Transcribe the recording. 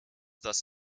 thus